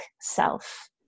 self